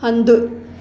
हंधु